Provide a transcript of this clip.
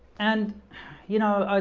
and you know,